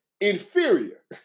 inferior